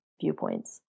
viewpoints